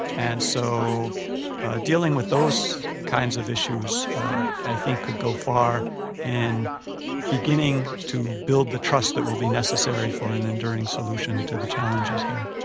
and so dealing with those kinds of issues i think would go far in beginning to build the trust that will be necessary for an enduring solution to the challenges there.